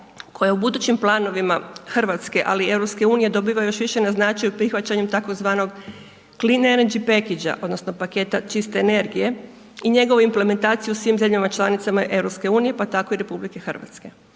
koja u budući planovima Hr e, ali i EU, dobiva još više na značaju prihvaćanjem tzv. …/Govornik se ne razumije./… odnosno, paketa čiste energije i njegovu implementaciju u svim zemljama članicama EU, pa tako i RH.